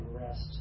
rest